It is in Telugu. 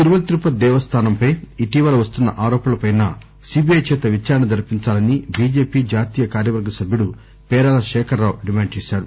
తిరుమల తిరుపతి దేవస్థానంపై ఇటీవల వస్తున్న ఆరోపణలపై సిబిఐ చేత విచారణ జరిపించాలని బిజెపి జాతీయ కార్యవర్గ సభ్యుడు పేరాల శేఖరరావు డిమాండ్ చేశారు